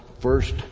first